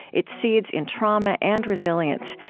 its seeds in trauma and resilience,